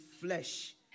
flesh